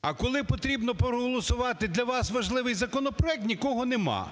А коли потрібно проголосувати для вас важливий законопроект, нікого немає.